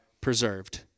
preserved